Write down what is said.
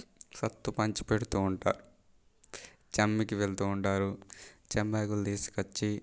సత్తు పంచి పెడుతూ ఉంటారు జమ్మికి వెళ్తూ ఉంటారు జమ్మాకులు తీసుకొచ్చి